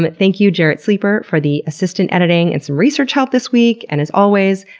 but thank you, jarrett sleeper, for the assistant editing and some research help this week. and as always,